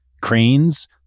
Cranes